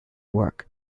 work